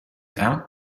out